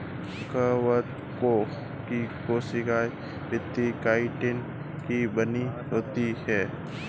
कवकों की कोशिका भित्ति काइटिन की बनी होती है